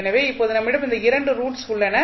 எனவே இப்போது நம்மிடம் இந்த 2 ரூட்ஸ் உள்ளன